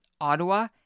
Ottawa